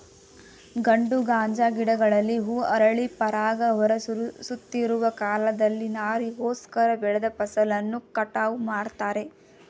ಗಂಡು ಗಾಂಜಾ ಗಿಡಗಳಲ್ಲಿ ಹೂ ಅರಳಿ ಪರಾಗ ಹೊರ ಸುರಿಯುತ್ತಿರುವ ಕಾಲದಲ್ಲಿ ನಾರಿಗೋಸ್ಕರ ಬೆಳೆದ ಫಸಲನ್ನು ಕಟಾವು ಮಾಡ್ತಾರೆ